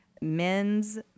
men's